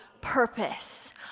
purpose